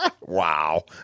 wow